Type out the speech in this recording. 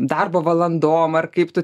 darbo valandom ar kaip tu